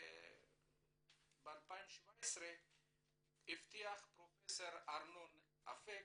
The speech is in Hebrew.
ב-2017 הבטיח פרופ' ארנון אפק,